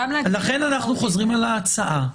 לכן אנו חוזרים על ההצעה.